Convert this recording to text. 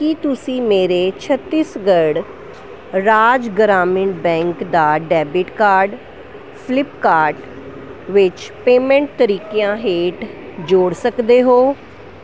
ਕੀ ਤੁਸੀਂਂ ਮੇਰੇ ਛੱਤੀਸਗੜ੍ਹ ਰਾਜ ਗ੍ਰਾਮੀਣ ਬੈਂਕ ਦਾ ਡੈਬਿਟ ਕਾਰਡ ਫਲਿੱਪਕਾਰਟ ਵਿੱਚ ਪੇਮੈਂਟ ਤਰੀਕਿਆਂ ਹੇਠ ਜੋੜ ਸਕਦੇ ਹੋ